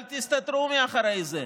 אל תסתתרו מאחורי זה.